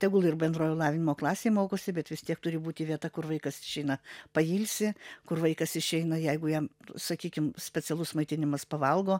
tegul ir bendrojo lavinimo klasėje mokosi bet vis tiek turi būti vieta kur vaikas išeina pailsi kur vaikas išeina jeigu jam sakykim specialus maitinimas pavalgo